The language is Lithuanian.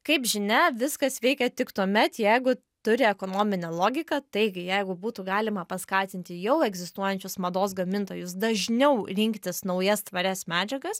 kaip žinia viskas veikia tik tuomet jeigu turi ekonominę logiką taigi jeigu būtų galima paskatinti jau egzistuojančius mados gamintojus dažniau rinktis naujas tvarias medžiagas